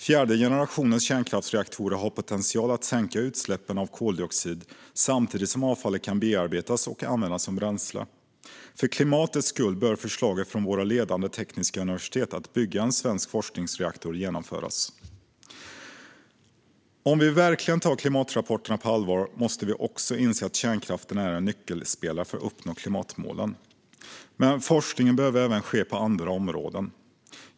Fjärde generationens kärnkraftsreaktorer har potential att sänka utsläppen av koldioxid, samtidigt som avfallet kan bearbetas och användas som bränsle. För klimatets skull bör förslaget från våra ledande tekniska universitet att bygga en svensk forskningsreaktor genomföras. Om vi verkligen tar klimatrapporterna på allvar måste vi också inse att kärnkraften är en nyckelspelare för att uppnå klimatmålen. Men forskning behöver även ske på andra områden.